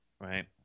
right